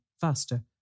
faster